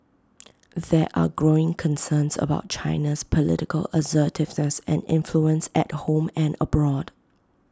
there are growing concerns about China's political assertiveness and influence at home and abroad